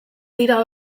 dira